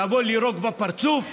לבוא ולירוק בפרצוף,